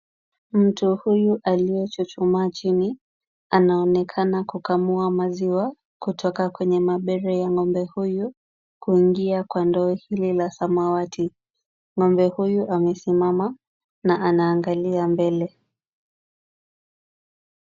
Mtu huyu aliyechuchumaa chini, anaonekana kukamua maziwa kutoka kwenye mabele ya ng'ombe huyu, kuingia kwa ndoo hili la samawati. Ng'ombe huyu amesimama na anaangalia mbele.